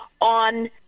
on